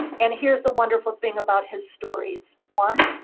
and here's the wonderful thing about his stories. one,